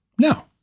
No